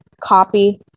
Copy